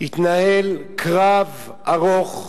התנהל קרב ארוך,